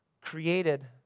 created